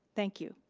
thank you.